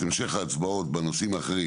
את המשך ההצבעות בנושאים האחרים.